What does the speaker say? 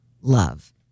love